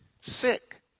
sick